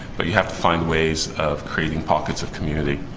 but you have to find ways of creating pockets of community.